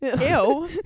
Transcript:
Ew